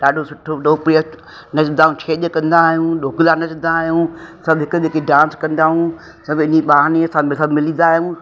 ॾाढो सुठो लोकप्रिय नचंदा आहियूं छेॼ कंदा आयूं डोला नचदा आयूं सब हिक जेकी डांस कंदा आहियूं सभु इन ई बहाने सां सभु सभु मिलंदा आहियूं